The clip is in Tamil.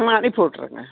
நான் அனுப்பிவிட்றங்க